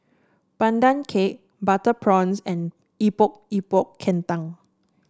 Pandan Cake Butter Prawns and Epok Epok Kentang